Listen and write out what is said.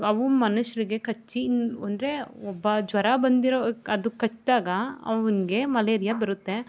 ಅವು ಮನುಷ್ಯರಿಗೆ ಗೆ ಕಚ್ಚಿ ಅಂದರೆ ಒಬ್ಬ ಜ್ವರ ಬಂದಿರೋ ಅದು ಕಚ್ಚಿದಾಗ ಅವ್ನಿಗೆ ಮಲೇರಿಯ ಬರುತ್ತೆ